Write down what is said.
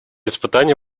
испытания